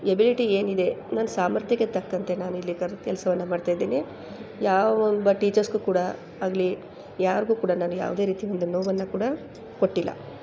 ability ಏನಿದೆ ನನ್ನ ಸಾಮರ್ಥ್ಯಕ್ಕೆ ತಕ್ಕಂತೆ ನಾನು ಇಲ್ಲಿ ಕರೆ ಕೆಲಸವನ್ನ ಮಾಡ್ತಾಯಿದ್ದೀನಿ ಯಾವ ಒಬ್ಬ ಟೀಚರ್ಸ್ಗೂ ಕೂಡ ಆಗಲಿ ಯಾರಿಗೂ ಕೂಡ ನಾನು ಯಾವುದೇ ರೀತಿ ಒಂದು ನೋವನ್ನು ಕೂಡ ಕೊಟ್ಟಿಲ್ಲ